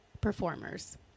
performers